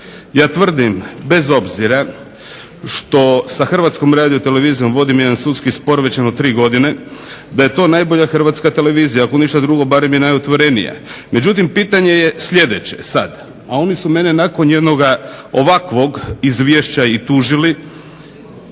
Ja tvrdim bez obzira što Hrvatskom radiotelevizijom vodim sudski spor već jedno 3 godine da je to najbolja Hrvatska televizija, ako ništa drugo barem je najotvorenija, međutim, pitanje je sljedeće sada, a oni su mene nakon jednog ovakvog izvješća tužili.